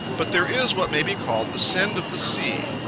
but there is what may be called the send of the sea.